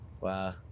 Wow